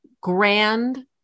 grand